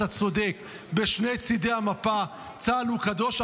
אתה צודק: בשני צידי המפה צה"ל הוא קדוש.